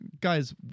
Guys